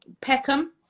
Peckham